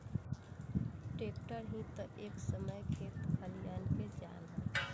tractor ही ता ए समय खेत खलियान के जान ह